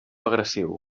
agressiu